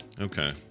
okay